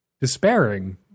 despairing